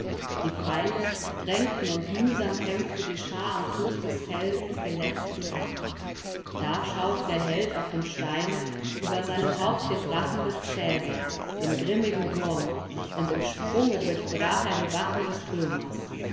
die feinde drängten und mühsam kämpfte die schar am fuß des felsens den letzten kampf da schaute der held auf dem steine über seinem haupt den drachen des cäsar den grimmigen wurm und im sprunge durchbrach er die wachen des römers